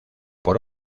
por